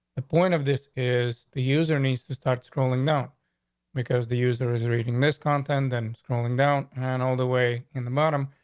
the point of this is the user needs to start scrolling down because the user is reading miss content and scrolling down and all the way in the bottom.